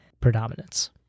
predominance